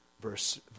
verse